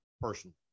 Personally